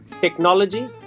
technology